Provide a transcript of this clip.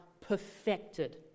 perfected